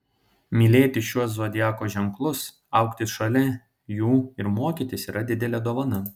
mylėti šiuos zodiako ženklus augti šalia jų ir mokytis yra didelė dovana